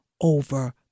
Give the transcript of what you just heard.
over